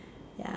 ya